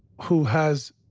who has,